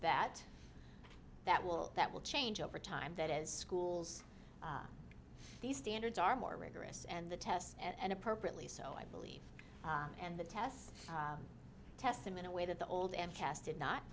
that that will that will change over time that is schools these standards are more rigorous and the tests and appropriately so i believe and the tests test him in a way that the old and cast did not